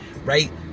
right